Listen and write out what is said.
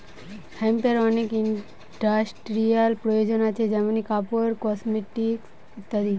হেম্পের অনেক ইন্ডাস্ট্রিয়াল প্রয়োজন আছে যেমনি কাপড়, কসমেটিকস ইত্যাদি